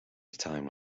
time